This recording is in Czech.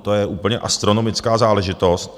To je úplně astronomická záležitost.